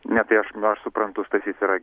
ne tai aš nu aš suprantu stasys yra